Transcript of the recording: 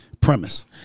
premise